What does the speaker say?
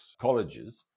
colleges